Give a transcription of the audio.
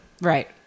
Right